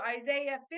Isaiah